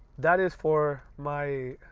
that is for my